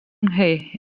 hee